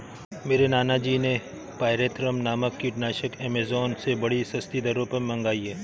मेरे नाना जी ने पायरेथ्रम नामक कीटनाशक एमेजॉन से बड़ी सस्ती दरों पर मंगाई है